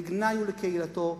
לגנאי הוא לקהילתו,